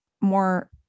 more